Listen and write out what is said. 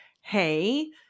hey